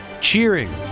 cheering